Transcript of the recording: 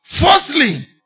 Fourthly